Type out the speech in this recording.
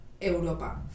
Europa